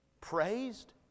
praised